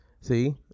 see